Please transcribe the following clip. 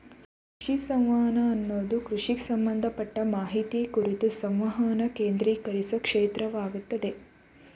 ಕೃಷಿ ಸಂವಹನ ಅನ್ನದು ಕೃಷಿಗ್ ಸಂಬಂಧಪಟ್ಟ ಮಾಹಿತಿ ಕುರ್ತು ಸಂವಹನನ ಕೇಂದ್ರೀಕರ್ಸೊ ಕ್ಷೇತ್ರವಾಗಯ್ತೆ